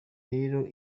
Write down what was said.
rero